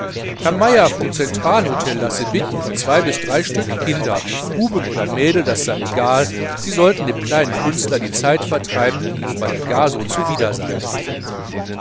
herr meier vom zentralhotel lasse bitten um zwei bis drei stück kinder buben oder mädel das sei egal sie sollten dem kleinen künstler die zeit vertreiben weil er gar so zuwider sei